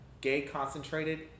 gay-concentrated